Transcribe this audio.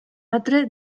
altre